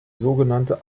sogenannte